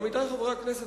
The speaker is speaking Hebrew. עמיתי חברי הכנסת,